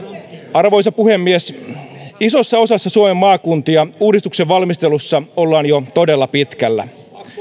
arvoisa puhemies isossa osassa suomen maakuntia uudistuksen valmistelussa ollaan jo todella pitkällä